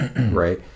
Right